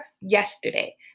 yesterday